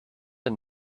and